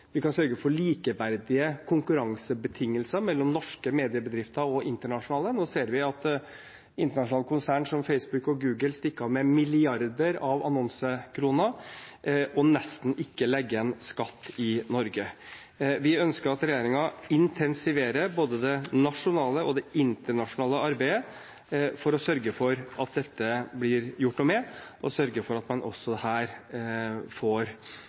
vi kan sørge for likeverdige konkurransebetingelser for norske og internasjonale mediebedrifter. Nå ser vi at internasjonale konsern som Facebook og Google stikker av med milliarder av annonsekroner og nesten ikke legger igjen skatt i Norge. Vi ønsker at regjeringen intensiverer både det nasjonale og det internasjonale arbeidet for å sørge for at det blir gjort noe med dette, og sørger for at man også her får